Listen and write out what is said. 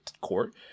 court